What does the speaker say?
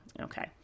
okay